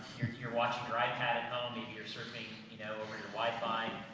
you're watching your ipad at home, maybe you're surfing you know, over your wifi, ah,